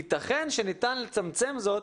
ייתכן שניתן לצמצם זאת